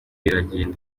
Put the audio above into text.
iragenda